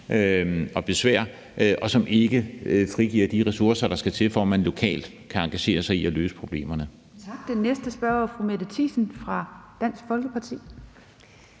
og besvær, og som ikke frigiver de ressourcer, der skal til, for at man lokalt kan engagere sig i at løse problemerne.